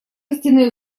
истинные